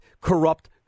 corrupt